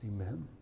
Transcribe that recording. Amen